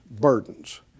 burdens